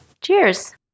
cheers